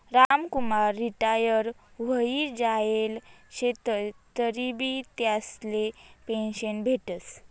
Ramkumar retire व्हयी जायेल शेतंस तरीबी त्यासले पेंशन भेटस